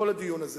בכל הדיון,